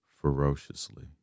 ferociously